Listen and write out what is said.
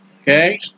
Okay